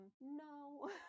No